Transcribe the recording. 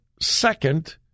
second